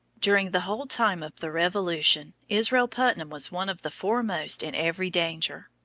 during the whole time of the revolution, israel putnam was one of the foremost in every danger.